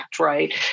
right